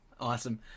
Awesome